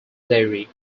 dairy